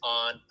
on